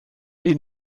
ihn